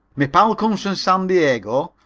me pal comes from san diego,